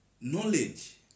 knowledge